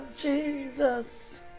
Jesus